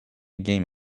game